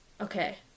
okay